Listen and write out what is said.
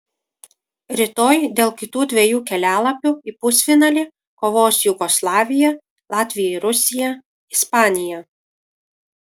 rytoj dėl kitų dviejų kelialapių į pusfinalį kovos jugoslavija latvija ir rusija ispanija